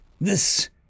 This